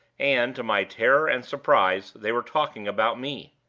and, to my terror and surprise, they were talking about me.